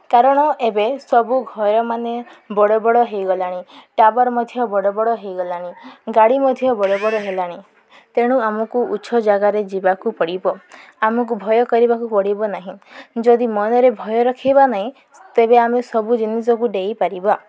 କାରଣ ଏବେ ସବୁ ଘରମାନେ ବଡ଼ ବଡ଼ ହୋଇଗଲାଣି ଟାୱାର୍ ମଧ୍ୟ ବଡ଼ ବଡ଼ ହୋଇଗଲାଣି ଗାଡ଼ି ମଧ୍ୟ ବଡ଼ ବଡ଼ ହେଲାଣି ତେଣୁ ଆମକୁ ଉଚ୍ଚ ଜାଗାରେ ଯିବାକୁ ପଡ଼ିବ ଆମକୁ ଭୟ କରିବାକୁ ପଡ଼ିବ ନାହିଁ ଯଦି ମନରେ ଭୟ ରଖିବା ନାହିଁ ତେବେ ଆମେ ସବୁ ଜିନିଷକୁ ଡେଇଁପାରିବା